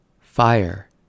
Fire